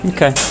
Okay